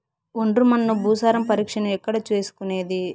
ఒండ్రు మన్ను భూసారం పరీక్షను ఎక్కడ చేసుకునేది?